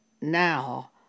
now